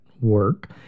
work